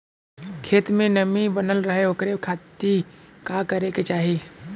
खेत में नमी बनल रहे ओकरे खाती का करे के चाही?